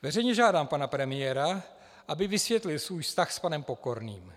Veřejně žádám pana premiéra, aby vysvětlil svůj vztah s panem Pokorným.